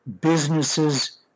businesses